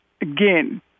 again